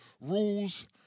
rules